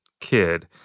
kid